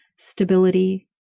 stability